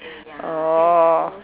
oh